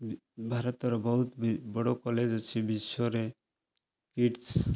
ଭାରତର ବହୁତ ବଡ଼ କଲେଜ୍ ଅଛି ବିଶ୍ୱରେ କିଟ୍ସ